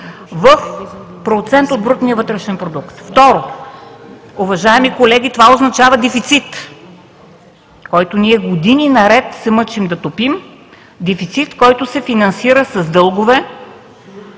в процент от брутния вътрешен продукт; второ, това означава дефицит, който ние години наред се мъчим да топим – дефицит, който се финансира с дългове,